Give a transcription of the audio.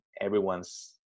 everyone's